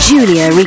Julia